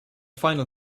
final